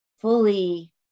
fully